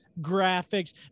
Graphics